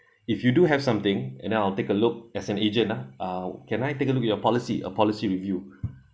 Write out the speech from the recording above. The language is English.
if you do have something and I'll take a look as an agent ah uh can I take a look at your policy a policy review